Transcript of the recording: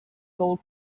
gold